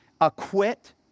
acquit